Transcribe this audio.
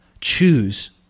choose